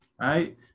right